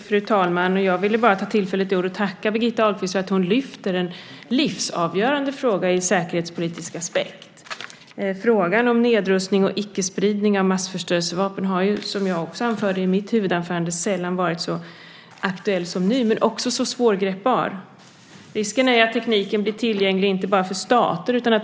Fru talman! Jag ville bara ta tillfället i akt och tacka Birgitta Ahlqvist för att hon lyfter fram en livsavgörande fråga ur en säkerhetspolitisk aspekt. Frågan om nedrustning och icke-spridning av massförstörelsevapen har ju, som jag också sade i mitt huvudanförande, sällan varit så aktuell som nu, men den är också svårgripbar. Risken är att tekniken blir tillgänglig inte bara för stater.